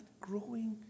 growing